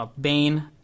Bane